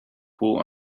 pool